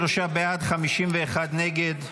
33 בעד, 51 נגד.